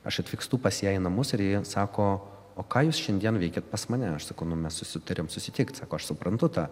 aš atvykstu pas ją į namus ir ji sako o ką jūs šiandien veikiat pas mane aš sakau nu mes susitarėm susitikt aš suprantu tą